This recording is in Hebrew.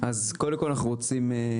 קודם כל אנחנו רוצים,